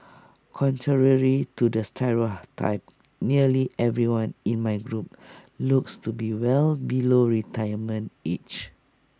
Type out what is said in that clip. contrary to the stereotype nearly everyone in my group looks to be well below retirement age